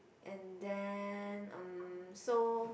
and then um so